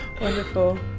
wonderful